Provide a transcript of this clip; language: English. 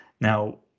Now